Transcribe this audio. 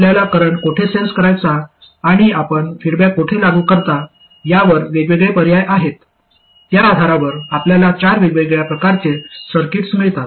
आपल्याला करंट कोठे सेन्स करायचा आणि आपण फीडबॅक कोठे लागू करता यावर वेगवेगळे पर्याय आहेत त्या आधारावर आपल्याला चार वेगवेगळ्या प्रकारचे सर्कीट्स मिळतात